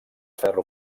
ferro